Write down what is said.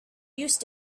used